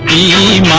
e